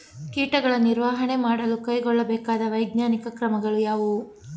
ಕೀಟಗಳ ನಿರ್ವಹಣೆ ಮಾಡಲು ಕೈಗೊಳ್ಳಬೇಕಾದ ವೈಜ್ಞಾನಿಕ ಕ್ರಮಗಳು ಯಾವುವು?